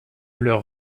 leur